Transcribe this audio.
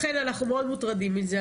לכן אנחנו מאוד מוטרדים מזה.